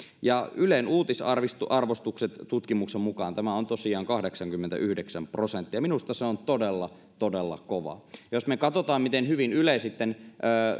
ja ylen uutisarvostukset tutkimuksen mukaan tämä on tosiaan kahdeksankymmentäyhdeksän prosenttia minusta se on todella todella kova luku jos me katsomme miten hyvin yle sitten